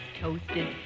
toasted